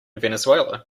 venezuela